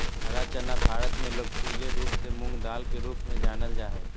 हरा चना भारत में लोकप्रिय रूप से मूंगदाल के रूप में जानल जा हइ